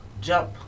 Jump